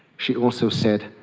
she also said,